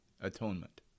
atonement